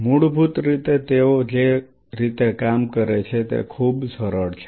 મૂળભૂત રીતે તેઓ જે રીતે કામ કરે છે તે ખૂબ જ સરળ છે